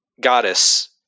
goddess